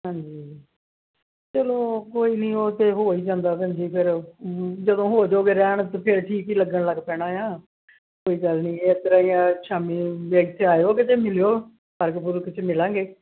ਹਾਂਜੀ ਚਲੋ ਕੋਈ ਨਹੀਂ ਉਹ ਤਾਂ ਹੋ ਹੀ ਜਾਂਦਾ ਭੈਣ ਜੀ ਫਿਰ ਜਦੋਂ ਹੋ ਜਾਵੋਗੇ ਰਹਿਣ ਤਾਂ ਫਿਰ ਠੀਕ ਹੀ ਲੱਗਣ ਲੱਗ ਪੈਣਾ ਹੈ ਕੋਈ ਗੱਲ ਨਹੀਂ ਇਸ ਤਰ੍ਹਾਂ ਹੀ ਸ਼ਾਮੀ 'ਤੇ ਆਇਓ ਕਿਤੇ ਮਿਲਿਓ ਪਾਰਕ ਪੂਰਕ 'ਚ ਮਿਲਾਂਗੇ